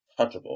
touchable